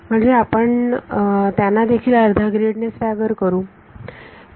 म्हणजे आपण त्यांनादेखील अर्ध्या ग्रीड ने स्टॅगर करू